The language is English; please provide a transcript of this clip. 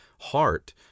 heart